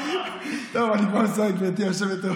טוב, אני כבר מסיים, גברתי היושבת-ראש.